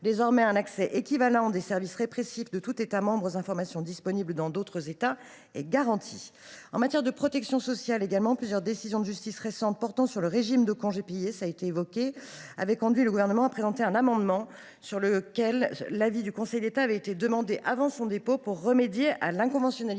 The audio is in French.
Désormais, un égal accès des services répressifs de tout État membre aux informations disponibles dans d’autres États est garanti. En matière de protection sociale, plusieurs décisions de justice récentes portant sur le régime des congés payés avaient conduit le Gouvernement à présenter un amendement, sur lequel l’avis du Conseil d’État avait été demandé avant son dépôt, pour remédier à l’inconventionnalité